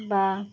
বা